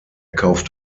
kauft